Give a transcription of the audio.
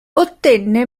ottenne